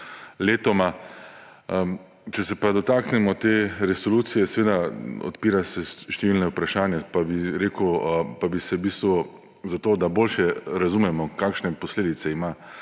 letoma. Če se pa dotaknemo te resolucije, se seveda odpirajo številna vprašanja, pa se v bistvu, zato da boljše razumemo, kakšne posledice ima